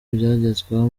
ibyagezweho